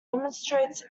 demonstrates